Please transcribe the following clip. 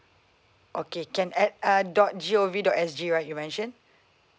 okay can at uh dot G O V dot S G right you mentioned